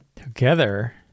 Together